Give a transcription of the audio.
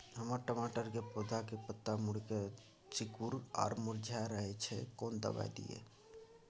हमर टमाटर के पौधा के पत्ता मुड़के सिकुर आर मुरझाय रहै छै, कोन दबाय दिये?